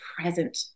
present